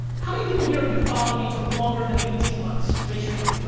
how many people here have been following me for longer than eighteen months? raise your hand.